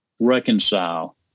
reconcile